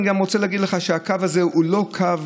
אני גם רוצה להגיד לך שהקו הזה הוא לא קו,